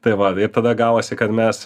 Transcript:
tai va ir tada gavosi kad mes